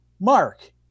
Mark